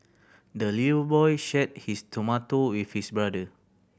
the little boy shared his tomato with his brother